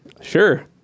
sure